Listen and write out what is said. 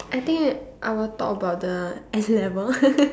I think I will talk about the N-level